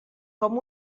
com